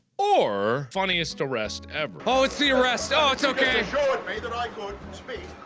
or funniest arrest ever oh its the arrest, oh it's okay! so ah and i mean